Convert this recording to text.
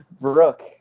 Brooke